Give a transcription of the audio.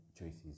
choices